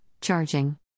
charging